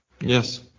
Yes